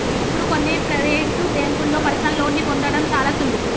ఇప్పుడు కొన్ని ప్రవేటు బ్యేంకుల్లో పర్సనల్ లోన్ని పొందడం చాలా సులువు